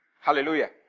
Hallelujah